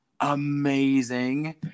amazing